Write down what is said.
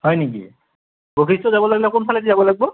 হয় নেকি বশিষ্ট যাব লাগিলে কোনফালেদি যাব লাগিব